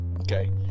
Okay